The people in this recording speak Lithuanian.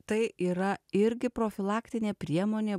tai yra irgi profilaktinė priemonė